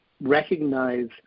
recognize